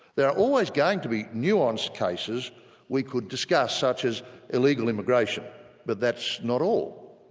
there are always going to be nuanced cases we could discuss such as illegal immigration but that's not all.